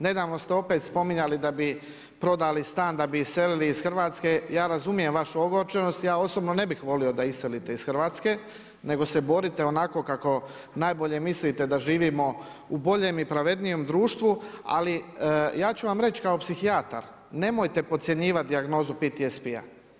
Nedavno ste opet spominjali da bi prodali stan, da bi iselili iz Hrvatske, ja razumijem vašu ogorčenost, ja osobno ne bih volio da iselite iz Hrvatske nego se borite onako kako najbolje mislite da živimo u boljem i pravednijem društvu, ali ja ću vam reći kao psihijatar, nemojte podcjenjivati dijagnozu PTSP-a.